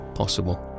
possible